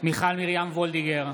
מיכל מרים וולדיגר,